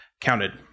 counted